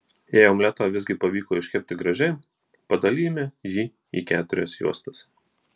jei omletą visgi pavyko iškepti gražiai padalijame jį į keturias juostas